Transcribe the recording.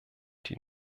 die